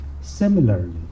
Similarly